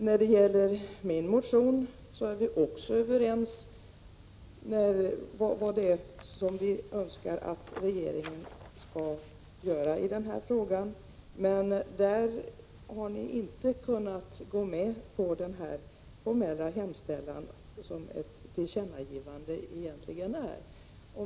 När det gäller min motion är vi också överens om vad vi önskar att regeringen skall göra i den här frågan, men där har ni inte kunnat gå med på den formella hemställan som ett tillkännagivande egentligen är.